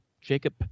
jacob